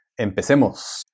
Empecemos